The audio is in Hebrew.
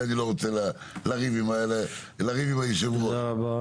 אני לא רוצה לריב עם יושב הראש.